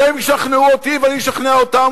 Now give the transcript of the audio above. והם ישכנעו אותי ואני אשכנע אותם,